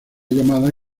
llamada